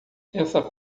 essa